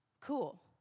cool